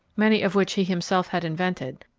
many of which he himself had invented,